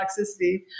toxicity